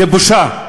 זו בושה.